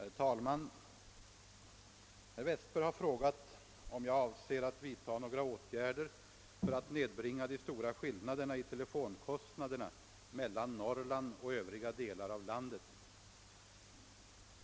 Herr talman! Herr Westberg i Ljusdal har frågat, om jag avser att vidta några åtgärder för att nedbringa de stora skillnaderna i telefonkostnaderna mellan Norrland och övriga delar av landet.